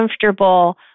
comfortable